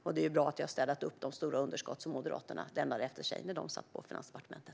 Det är bra att vi har städat upp de stora underskott som Moderaterna lämnade efter sig när de satt på Finansdepartementet.